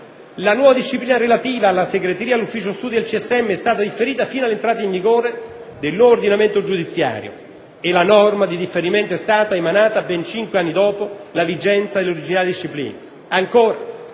la nuova disciplina relativa alla segreteria e all'ufficio studi del CSM è stata differita fino all'entrata in vigore del nuovo ordinamento giudiziario e la norma di differimento è stata emanata ben cinque anni dopo la vigenza dell'originaria disciplina;